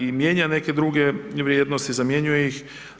I mijenja neke druge vrijednosti, zamjenjuje ih.